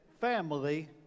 family